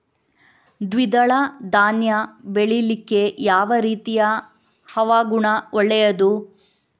ದ್ವಿದಳ ಧಾನ್ಯ ಬೆಳೀಲಿಕ್ಕೆ ಯಾವ ರೀತಿಯ ಹವಾಗುಣ ಒಳ್ಳೆದು?